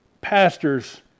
pastors